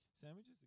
Sandwiches